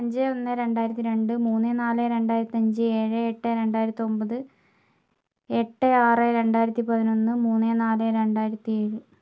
അഞ്ച് ഒന്ന് രണ്ടായിരത്തി രണ്ട് മൂന്ന് നാല് രണ്ടായിരത്തി അഞ്ച് ഏഴ് എട്ട് രണ്ടായിരത്തൊമ്പത് എട്ട് ആറ് രണ്ടായിരത്തി പതിനൊന്ന് മൂന്ന് നാല് രണ്ടായിരത്തി ഏഴ്